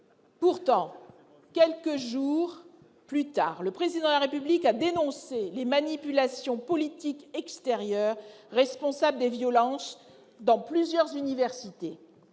Pourtant, quelques jours plus tard, il dénonçait « les manipulations politiques extérieures responsables des violences dans plusieurs universités